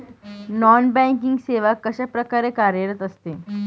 Non banking सेवा कशाप्रकारे कार्यरत असते?